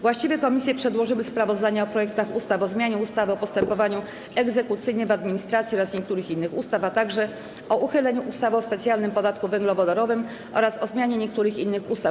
Właściwe komisje przedłożyły sprawozdania o projektach ustaw: - o zmianie ustawy o postępowaniu egzekucyjnym w administracji oraz niektórych innych ustaw, - o uchyleniu ustawy o specjalnym podatku węglowodorowym oraz o zmianie niektórych innych ustaw.